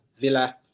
Villa